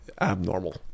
abnormal